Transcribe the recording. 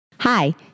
Hi